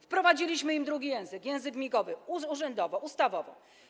Wprowadziliśmy im drugi język, język migowy, urzędowy ustawowo.